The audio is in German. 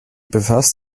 befasste